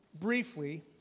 briefly